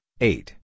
eight